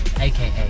AKA